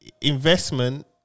investment